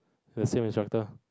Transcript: the same instructor lah